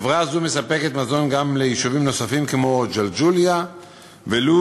חברה זו מספקת מזון גם ליישובים נוספים כמו ג'לג'וליה ולוד,